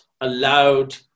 allowed